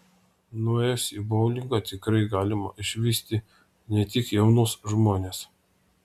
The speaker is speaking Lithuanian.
nuėjus į boulingą tikrai galima išvysti ne tik jaunus žmones